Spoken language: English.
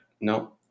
No